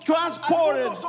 Transported